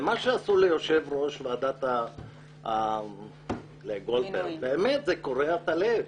מה שעשו לגולדברג זה קורע את הלב.